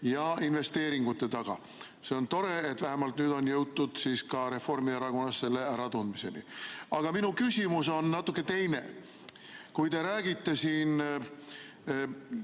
ja investeeringute taga. See on tore, et vähemalt nüüd on jõutud ka Reformierakonnas selle äratundmiseni. Aga minu küsimus on natuke teine. Kui te räägite siin